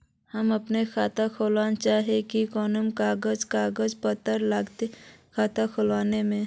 हम अपन खाता खोले चाहे ही कोन कागज कागज पत्तार लगते खाता खोले में?